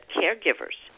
caregivers